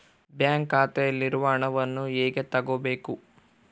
Bank ಖಾತೆಯಲ್ಲಿರುವ ಹಣವನ್ನು ಹೇಗೆ ತಗೋಬೇಕು?